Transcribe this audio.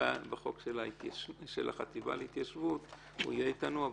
בחוק של החטיבה להתיישבות הוא יהיה אתנו,